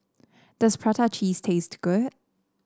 does Prata Cheese taste good